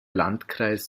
landkreis